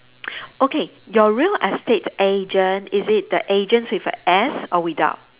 okay your real estate agent is it the agents with a S or without